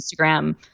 Instagram